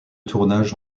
tournage